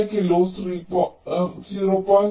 5 kilo 0